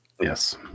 yes